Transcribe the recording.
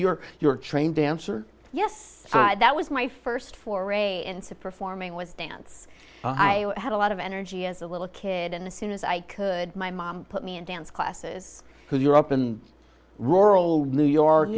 are you're trained dancer yes that was my first foray into performing was dance i had a lot of energy as a little kid and soon as i could my mom put me in dance classes because you're up in rural new york